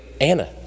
Anna